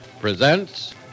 presents